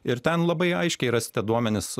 ir ten labai aiškiai rasite duomenis